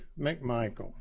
McMichael